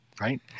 right